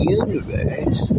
universe